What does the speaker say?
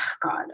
God